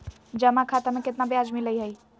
जमा खाता में केतना ब्याज मिलई हई?